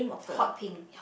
hot pink